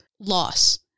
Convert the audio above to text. loss